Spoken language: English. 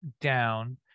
down